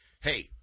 Hey